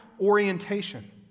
orientation